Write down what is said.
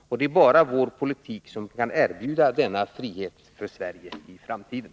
Och det är bara vår politik som kan erbjuda frihet för Sverige i framtiden.